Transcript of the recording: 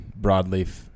broadleaf